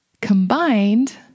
Combined